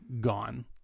gone